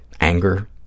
anger